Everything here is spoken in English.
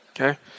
Okay